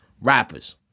rappers